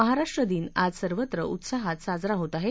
महाराष्ट्र दिन आज सर्वत्र उत्साहात साजरा होत आहे